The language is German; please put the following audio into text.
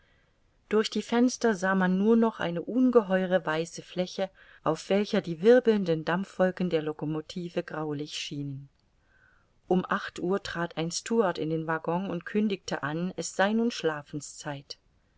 durch die fenster sah man nur noch eine ungeheure weiße fläche auf welcher die wirbelnden dampfwolken der locomotive graulich schienen um acht uhr trat ein stewart in den waggon und kündigte an es sei nun schlafenszeit